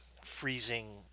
freezing